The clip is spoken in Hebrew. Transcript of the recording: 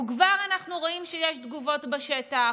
וכבר אנחנו רואים שיש תגובות בשטח.